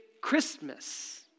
Christmas